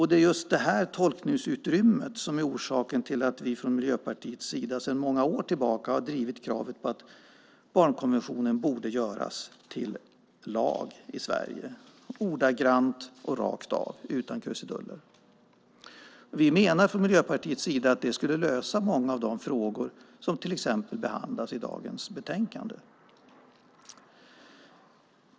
Det är just det tolkningsutrymmet som är orsaken till att vi från Miljöpartiets sida sedan många år tillbaka har drivit kravet på att barnkonventionen borde göras till lag i Sverige, ordagrant och rakt av utan krusiduller. Vi menar från Miljöpartiets sida att det skulle lösa många av de frågor som till exempel behandlas i dagens betänkande.